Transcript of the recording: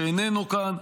שאיננו כאן,